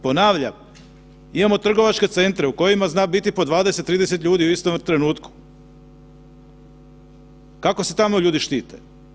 Ponavljam, imamo trgovačke centre u kojima zna biti po 20, 30 ljudi u istom trenutku kako se tamo ljudi štite?